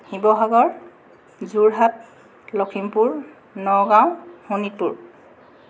Sivasagar Jorhat Lakhimpur Nagaon Sonitpur